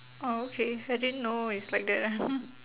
orh okay I didn't know it's like that ah